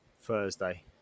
Thursday